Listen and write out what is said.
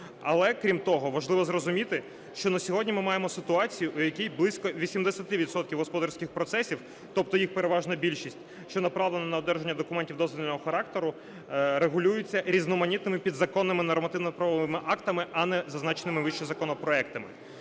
Але, крім того, важливо зрозуміти, що на сьогодні ми маємо ситуацію, в якій близько 80 відсотків господарських процесів, тобто їх переважна більшість, що направлена на одержання документів дозвільного характеру, регулюється різноманітними підзаконними нормативно-правовими актами, а не зазначеними вище законопроектами.